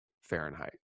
Fahrenheit